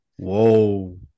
Whoa